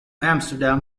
amsterdam